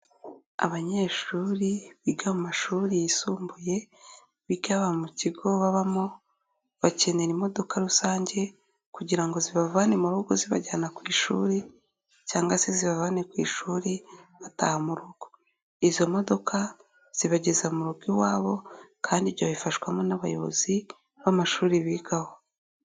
Abanyeshuri biga mu mashuri yisumbuye, biga baba mu kigo babamo, bakenera imodoka rusange, kugira ngo zibavane mu rugo zibajyana ku ishuri, cyangwa se zibavane ku ishuri bataha mu rugo. Izo modoka zibageza mu rugo iwabo, kandi ibyo babifashwamo n'abayobozi b'amashuri bigaho.